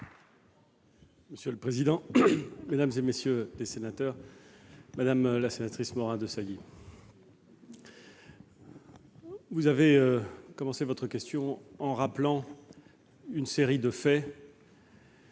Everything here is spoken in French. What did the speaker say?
Monsieur le président, mesdames, messieurs les sénateurs, madame la sénatrice Morin-Desailly, vous avez commencé votre question en rappelant une série de faits,